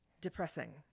depressing